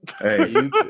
Hey